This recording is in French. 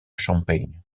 champaign